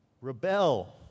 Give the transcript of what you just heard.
Rebel